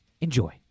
Enjoy